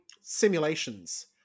simulations